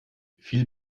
viel